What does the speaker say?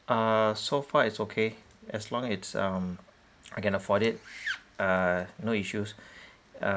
uh so far it's okay as long it's um I can afford it uh no issues uh